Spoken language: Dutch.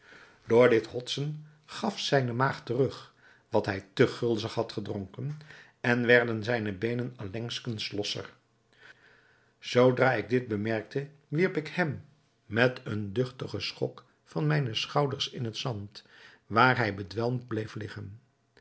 door dit hotsen gaf zijne maag terug wat hij te gulzig had gedronken en werden zijne beenen allengskens losser zoodra ik dit bemerkte wierp ik hem met een duchtigen schok van mijne schouders in het zand waar hij bedwelmd bleef liggen